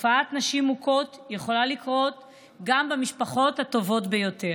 תופעת נשים מוכות יכולה לקרות גם במשפחות הטובות ביותר.